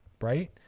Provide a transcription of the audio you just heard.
right